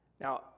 Now